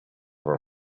her